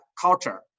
culture